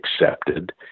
Accepted